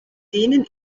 denen